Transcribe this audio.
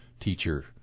teacher